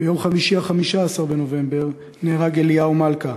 ביום חמישי, 15 בנובמבר, נהרג אליהו מלכה,